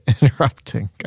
interrupting